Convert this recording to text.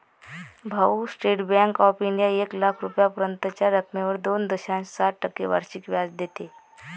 भाऊ, State Bank of India एक लाख रुपयांपर्यंतच्या रकमेवर दोन दशांश सात टक्के वार्षिक व्याज देते